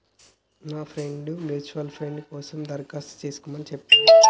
నా friend mutual fund కోసం దరఖాస్తు చేస్కోమని చెప్పిర్రు